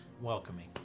welcoming